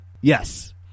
Yes